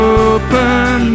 open